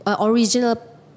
original